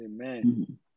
Amen